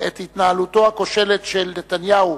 התנהלותו הכושלת של נתניהו